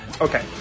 Okay